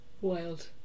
Wild